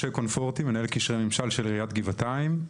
אני מנהל קשרי ממשל של עיריית גבעתיים,